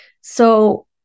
So-